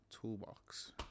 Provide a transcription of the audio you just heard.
Toolbox